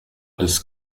des